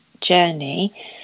journey